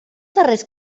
darrers